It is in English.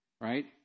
Right